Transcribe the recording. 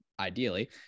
Ideally